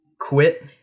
quit